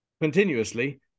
continuously